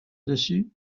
dessus